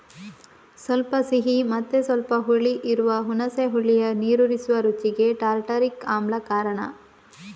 ಸ್ವಲ್ಪ ಸಿಹಿ ಮತ್ತೆ ಸ್ವಲ್ಪ ಹುಳಿ ಇರುವ ಹುಣಸೆ ಹುಳಿಯ ನೀರೂರಿಸುವ ರುಚಿಗೆ ಟಾರ್ಟಾರಿಕ್ ಆಮ್ಲ ಕಾರಣ